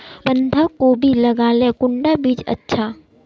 बंधाकोबी लगाले कुंडा बीज अच्छा?